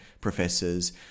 professors